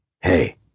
Hey